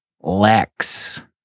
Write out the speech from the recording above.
Lex